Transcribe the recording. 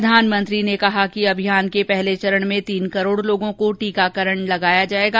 प्रधानमंत्री ने कहा कि अभियान के पहले चरण में तीन करोड़ लोगों का टीकाकरण किया जाएगा